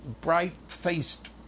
bright-faced